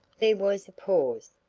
there was a pause.